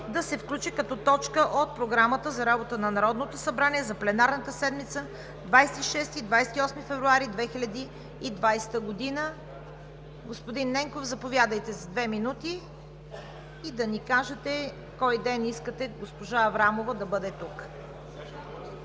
да се включи като точка от Програмата за работата на Народното събрание за пленарната седмица 26 – 28 февруари 2020 г.“ Господин Ненков, заповядайте за две минути, да ни кажете в кой ден искате госпожа Аврамова да бъде тук.